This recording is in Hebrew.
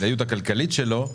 הכדאיות הכלכלית שלו,